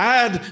add